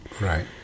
Right